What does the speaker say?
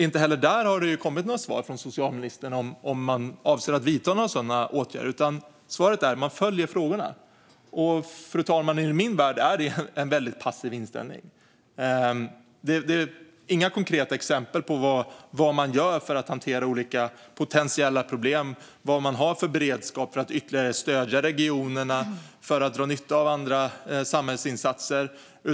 Inte heller där har det kommit några svar från socialministern om huruvida man avser att vidta några sådana åtgärder, utan svaret är att man följer frågorna. I min värld, fru talman, är det en väldigt passiv inställning. Det ges inga konkreta exempel på vad man gör för att hantera olika potentiella problem eller vad man har för beredskap för att ytterligare stödja regionerna för att dra nytta av andra samhällsinsatser.